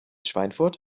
schweinfurt